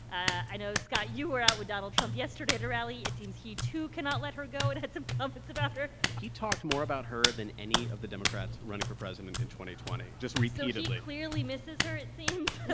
i know, scott, you were out with donald trump yesterday at a rally. it seems he too cannot let her go and had some comments about her he talked more about her than any of the democrats running for president in twenty twenty just repeatedly so he clearly misses her, it seems.